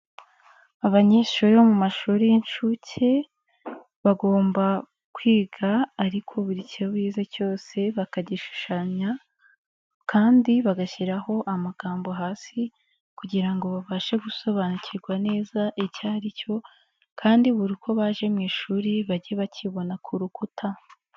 Abanyeshuri bo mu mashuri y'inshuke, bagomba kwiga ariko buri cyo bize cyose bakagishushanya kandi bagashyiraho amagambo hasi kugira ngo babashe gusobanukirwa neza icyo ari cyo kandi buri uko baje mu ishuri bajye bakibona ku rukuta.